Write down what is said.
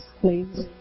please